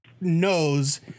knows